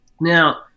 Now